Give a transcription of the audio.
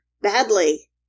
badly